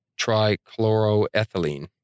trichloroethylene